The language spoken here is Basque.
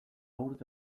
urte